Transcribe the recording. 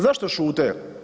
Zašto šute?